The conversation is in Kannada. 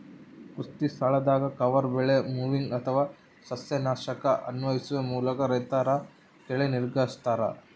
ಕೃಷಿಸ್ಥಳದಾಗ ಕವರ್ ಬೆಳೆ ಮೊವಿಂಗ್ ಅಥವಾ ಸಸ್ಯನಾಶಕನ ಅನ್ವಯಿಸುವ ಮೂಲಕ ರೈತರು ಕಳೆ ನಿಗ್ರಹಿಸ್ತರ